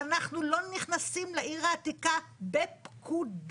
אנחנו לא נכנסים לעיר העתיקה בפקודה,